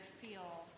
feel